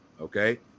okay